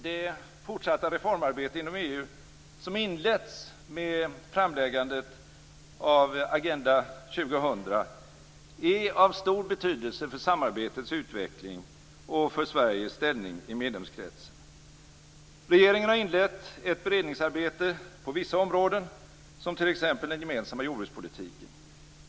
Det fortsatta reformarbete inom EU som inletts med framläggandet av Agenda 2000 är av stor betydelse för samarbetets utveckling och för Sveriges ställning i medlemskretsen. Regeringen har inlett ett beredningsarbete på vissa områden, t.ex. den gemensamma jordbrukspolitiken.